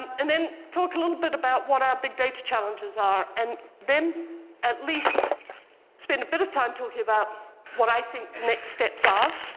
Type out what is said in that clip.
and then talk a little bit about what our big data challenges are, and then at least spend a bit of time talking about what i think the next steps are,